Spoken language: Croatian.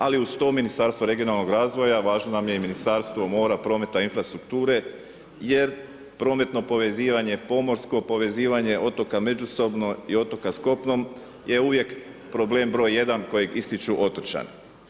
Ali uz to Ministarstvo regionalnog razvoja važno nam je i Ministarstvo mora, prometa i infrastrukture jer prometno povezivanje pomorsko, povezivanje otoka međusobno i otoka s kopnom je uvijek problem broj 1 kojeg ističu otočani.